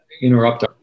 interrupt